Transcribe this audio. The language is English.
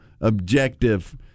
objective